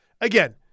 Again